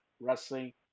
Wrestling